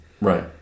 Right